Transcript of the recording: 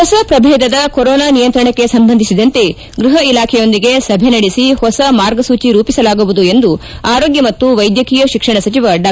ಹೊಸ ಪ್ರಭೇದದ ಕೊರೊನಾ ನಿಯಂತ್ರಣಕ್ಕೆ ಸಂಬಂಧಿಸಿದಂತೆ ಗೃಹ ಇಲಾಖೆಯೊಂದಿಗೆ ಸಭೆ ನಡೆಸಿ ಹೊಸ ಮಾರ್ಗಸೂಚಿ ರೂಪಿಸಲಾಗುವುದು ಎಂದು ಆರೋಗ್ಯ ಮತ್ತು ವೈದ್ಯಕೀಯ ಶಿಕ್ಷಣ ಸಚಿವ ಡಾ